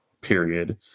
period